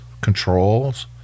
controls